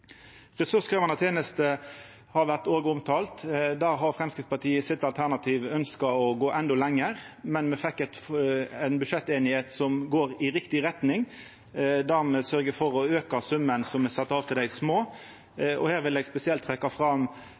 tenester har òg vore omtala. I sitt alternative budsjett har Framstegspartiet ønskt å gå endå lengre. Me fekk ei budsjettsemje som går i riktig retning. Me sørgjer for å auka summen som er sett av til dei små. Her vil eg spesielt trekkja fram